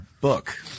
book